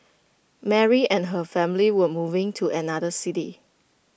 Mary and her family were moving to another city